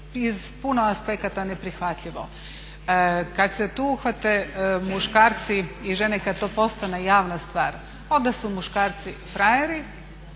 iz puno aspekata neprihvatljivo. Kada se tu uhvate muškarci i žene i kada to postane javna stvar onda su muškarci frajeri,